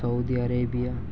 Saudi Arabia